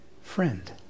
Friend